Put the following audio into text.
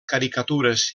caricatures